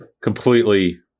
Completely